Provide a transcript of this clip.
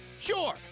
Sure